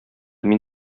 мин